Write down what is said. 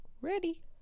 Ready